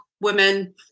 women